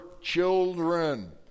children